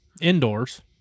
indoors